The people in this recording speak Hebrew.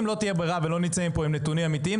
אם לא תהיה ברירה ולא נצא מפה עם נתונים אמיתיים,